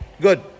Good